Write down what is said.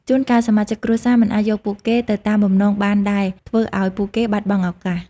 ជួនកាលសមាជិកគ្រួសារមិនអាចយកពួកគេទៅតាមបំណងបានដែលធ្វើឱ្យពួកគេបាត់បង់ឱកាស។